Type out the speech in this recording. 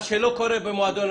מה שלא קורה במועדוני